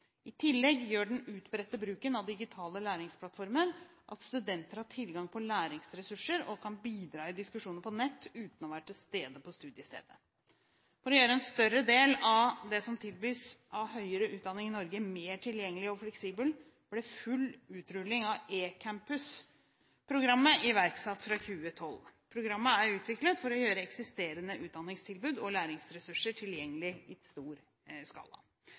I tillegg gjør den utbredte bruken av digitale læringsplattformer at studenter har tilgang på læringsressurser og kan bidra i diskusjoner på nett – uten å være til stede på studiestedet. For å gjøre en større del av det som tilbys av høyere utdanning i Norge mer tilgjengelig og fleksibelt, ble full utrulling av eCampus-programmet iverksatt fra 2012. Programmet er utviklet for å gjøre eksisterende utdanningstilbud og læringsressurser tilgjengelige i stor skala.